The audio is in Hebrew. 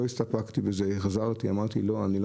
לא הסתפקתי בזה אלא חזרתי ואמרתי שאני לא